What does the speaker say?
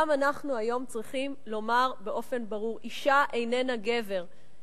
גם אנחנו היום צריכים לומר באופן ברור: אשה איננה גבר,